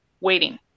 waiting